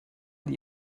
die